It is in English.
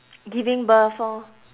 giving birth orh